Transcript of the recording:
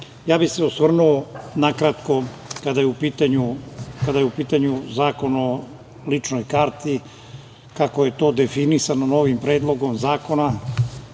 bih se osvrnuo na kratko, kada je u pitanju Zakon o ličnoj karti, kako je to definisano novim Predlogom zakona,